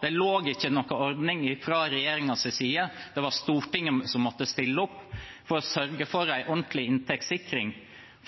Det lå ikke inne noen ordning fra regjeringens side, det var Stortinget som måtte stille opp og sørge for en ordentlig inntektssikring